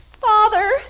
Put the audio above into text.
Father